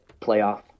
playoff